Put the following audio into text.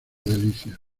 delicias